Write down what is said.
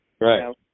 Right